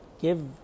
give